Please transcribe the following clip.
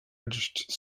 edged